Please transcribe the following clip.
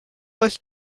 was